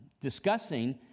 discussing